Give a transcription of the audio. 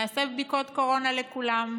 נעשה בדיקות קורונה לכולם,